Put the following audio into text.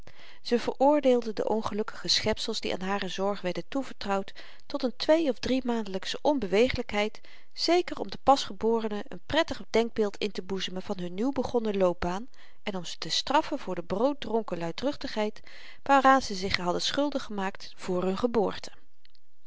ze veroordeelde de ongelukkige schepsels die aan hare zorg werden toevertrouwd tot n twee of driemaandelyksche onbewegelykheid zeker om den pasgeborenen n prettig denkbeeld inteboezemen van hun nieuwbegonnen loopbaan en om ze te straffen voor de brooddronken luidruchtigheid waaraan ze zich hadden schuldig gemaakt voor hun geboorte